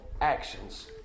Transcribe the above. actions